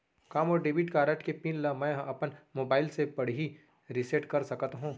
का मोर debit card के पिन ल मैं ह अपन मोबाइल से पड़ही रिसेट कर सकत हो?